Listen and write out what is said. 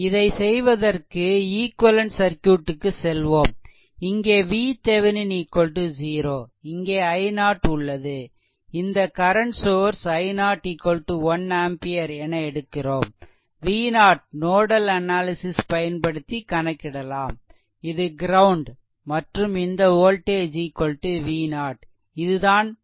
இதை செய்வதற்கு ஈக்வெலென்ட் சர்க்யூட்டுக்கு செல்வோம் இங்கே VThevenin 0 இங்கே i0 உள்ளது இந்த கரண்ட் சோர்ஸ் i0 1 ஆம்பியர் என எடுக்கிறோம் V0 நோடல் அனாலிசிஸ் பயன்படுத்தி கணக்கிடலாம் இது க்ரௌண்ட் மற்றும் இந்த வோல்டேஜ் V0 இதுதான் V0